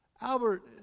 Albert